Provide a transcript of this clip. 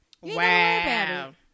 Wow